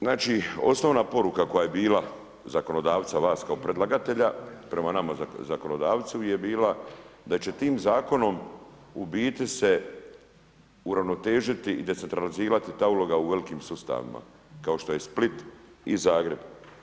Znači osnovna poruka koja je bila zakonodavca vas kao predlagatelja, prema nama zakonodavcu je bila da će tim zakonom u biti se uravnotežiti i decentralizirati ta uloga u velikim sustavima kao što je Split i Zagreb.